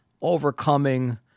overcoming